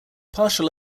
partial